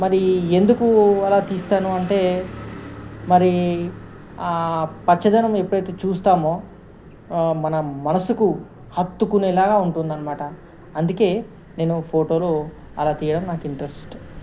మరి ఎందుకు అలా తీస్తాను అంటే మరి పచ్చదనం ఎప్పుడైతే చూస్తామో మన మనసుకు హత్తుకునేలాగా ఉంటుంది అన్నమాట అందుకే నేను ఫోటోలు అలా తీయడం నాకు ఇంట్రెస్ట్